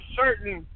certain